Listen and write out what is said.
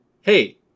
Hey